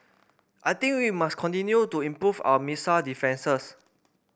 I think we must continue to improve our missile defences